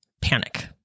panic